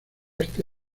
este